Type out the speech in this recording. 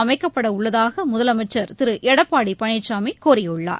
அமைக்கப்பட உள்ளதாக முதலமைச்சர் திரு எடப்பாடி பழனிசாமி கூறியுள்ளார்